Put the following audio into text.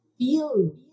Feel